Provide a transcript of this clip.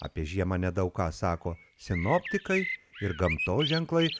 apie žiemą nedaug ką sako sinoptikai ir gamtos ženklai